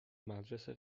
مدرسه